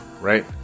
Right